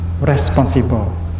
responsible